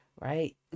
right